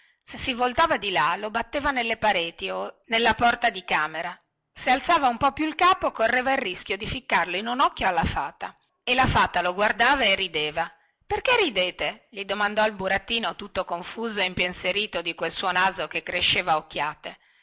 se si voltava di là lo batteva nelle pareti o nella porta di camera se alzava un po di più il capo correva il rischio di ficcarlo in un occhio alla fata e la fata lo guardava e rideva perché ridete gli domandò il burattino tutto confuso e impensierito di quel suo naso che cresceva a occhiate